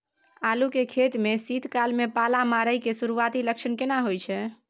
आलू के खेती में शीत काल में पाला मारै के सुरूआती लक्षण केना होय छै?